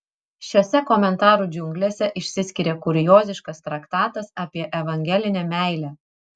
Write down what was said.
šiose komentarų džiunglėse išsiskiria kurioziškas traktatas apie evangelinę meilę